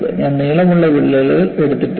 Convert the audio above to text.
ഞാൻ നീളമുള്ള വിള്ളലുകൾ എടുത്തിട്ടില്ല